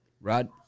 Rod